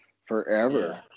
forever